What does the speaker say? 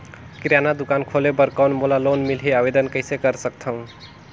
किराना दुकान खोले बर कौन मोला लोन मिलही? आवेदन कइसे कर सकथव?